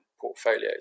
portfolios